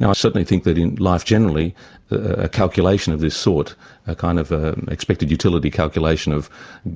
now, i certainly think that in life generally a calculation of this sort a kind of a expected utility calculation of